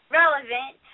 relevant